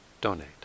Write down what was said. donate